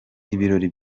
ibirori